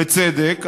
בצדק,